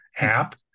app